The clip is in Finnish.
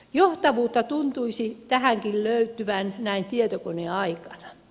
johtavuutta tuntuisi tähänkin löytyvän näin tietokoneaikana